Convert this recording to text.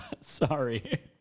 sorry